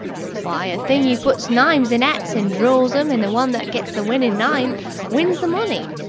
why, a thing you puts names in ats and draw em and the one that gets the winning name wins the money.